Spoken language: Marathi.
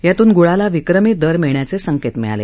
यातून गुळाला विक्रमी दर मिळण्याचे संकेत मिळाले